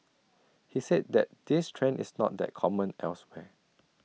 he said that this trend is not that common elsewhere